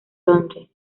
londres